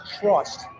trust